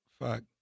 fuck